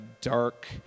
dark